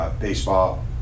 baseball